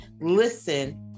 Listen